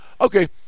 okay